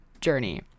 journey